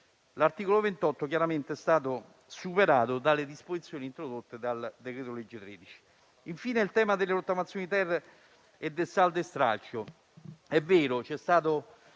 L'articolo 28 chiaramente è stato superato dalle disposizioni introdotte dal decreto-legge n. 13 del 2022. Infine, il tema della rottamazione-*ter* e del saldo e stralcio: è vero, c'è stato